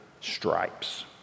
stripes